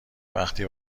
وقتی